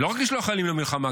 ולא רק לשלוח חיילים למלחמה,